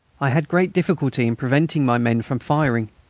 i had great difficulty in preventing my men from firing.